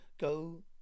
go